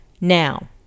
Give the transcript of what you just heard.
Now